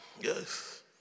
Yes